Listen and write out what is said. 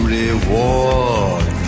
reward